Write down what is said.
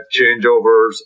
changeovers